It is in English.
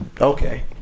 Okay